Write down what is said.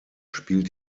spielt